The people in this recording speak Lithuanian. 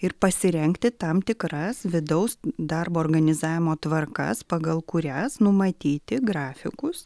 ir pasirengti tam tikras vidaus darbo organizavimo tvarkas pagal kurias numatyti grafikus